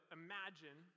imagine